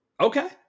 okay